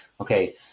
okay